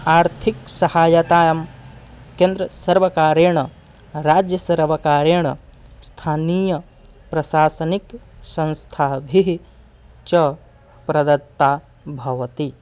आर्थिक सहायतायां केन्द्रसर्वकारेण राज्यसर्वकारेण स्थानीयप्रशासनिक संस्थाभिः च प्रदत्ता भवति